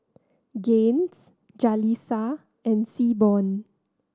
Gaines Jalissa and Seaborn